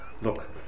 Look